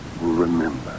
remember